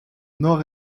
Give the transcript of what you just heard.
nord